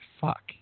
fuck